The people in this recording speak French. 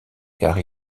car